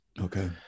Okay